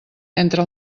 entre